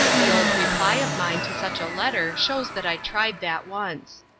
the old reply of mine to such a letter shows that i tried that once.